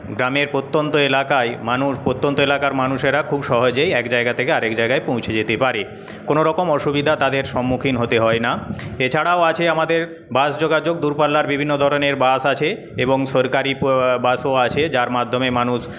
গ্রামের প্রত্যন্ত এলাকায় মানুষ প্রত্যন্ত এলাকার মানুষেরা খুব সহজেই এক জায়গা থেকে আরেক জায়গায় পৌঁছে যেতে পারে কোনোরকম অসুবিধা তাদের সম্মুখীন হতে হয় না এছাড়াও আছে আমাদের বাস যোগাযোগ দূরপাল্লার বিভিন্নধরনের বাস আছে এবং সরকারি বাসও আছে যার মাধ্যমে মানুষ